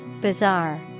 Bizarre